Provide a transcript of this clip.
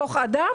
כוח האדם,